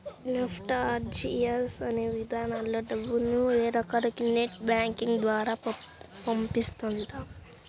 NEFT, RTGS అనే విధానాల్లో డబ్బుల్ని వేరొకరికి నెట్ బ్యాంకింగ్ ద్వారా పంపిస్తుంటాం